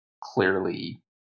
clearly